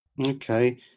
Okay